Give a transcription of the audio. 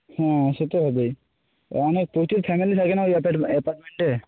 হ্যাঁ সে তো হবেই অনেক প্রচুর ফ্যামিলি থাকে না ওই অ্যাপার্টমেন্টে